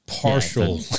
partial